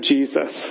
Jesus